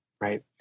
right